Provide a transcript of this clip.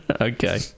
Okay